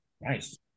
Nice